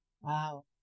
wow